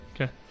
Okay